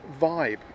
vibe